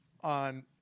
on